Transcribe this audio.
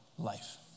Life